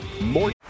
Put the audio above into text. More